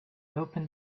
open